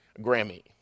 Grammy